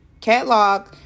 catalog